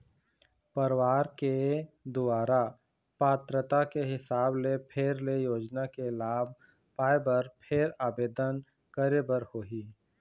परवार के दुवारा पात्रता के हिसाब ले फेर ले योजना के लाभ पाए बर फेर आबेदन करे बर होही